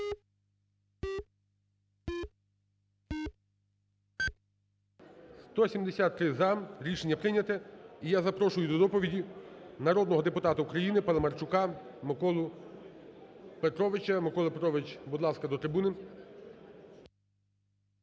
За-173 Рішення прийняте. І я запрошую до доповіді народного депутата України Паламарчука Миколу Петровича. Микола Петрович, будь ласка, до трибуни.